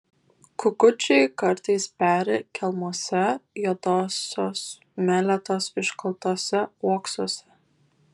kukučiai kartais peri kelmuose juodosios meletos iškaltuose uoksuose